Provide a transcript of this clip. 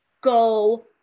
Go